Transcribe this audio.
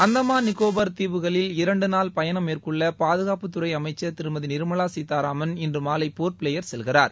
அந்தமான் நிக்கோபாா் தீவிகளில் இரண்டு நாள் பயணம் மேற்கொள்ள பாதுகாப்பு துறை அமைச்சர் திருமதி நிர்மலா சீதாராமன் இன்று மாலை போர்ட்பிளேயர் செல்கிறார்